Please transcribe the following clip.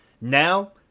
Now